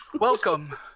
welcome